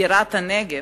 בירת הנגב,